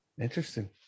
interesting